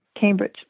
Cambridge